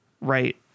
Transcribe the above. right